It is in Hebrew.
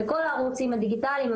בכול הערוצים הדיגיטליים,